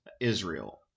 Israel